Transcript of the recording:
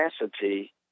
capacity